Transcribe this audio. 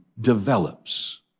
develops